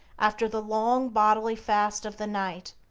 after the long bodily fast of the night,